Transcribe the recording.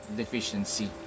deficiency